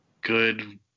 good